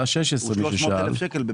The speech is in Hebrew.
300 אלף שקלים,